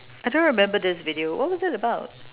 I don't remember this video what was it about